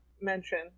mention